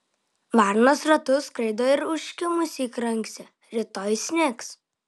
varnos ratu skraido ir užkimusiai kranksi rytoj snigs